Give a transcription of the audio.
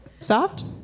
Soft